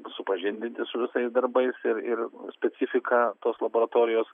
supažindinti su visais darbais ir ir specifika tos laboratorijos